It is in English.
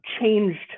changed